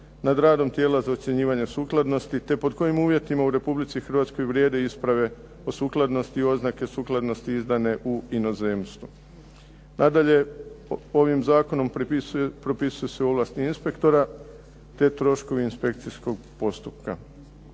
nad radom tijela za ocjenjivanje sukladnosti, te pod kojim uvjetima u Republici Hrvatskoj vrijede isprave o sukladnosti, oznake sukladnosti izdane u inozemstvu. Nadalje ovim zakonom propisuju se ovlasti inspektora te troškovi inspekcijskog postupka.